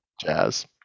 jazz